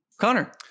connor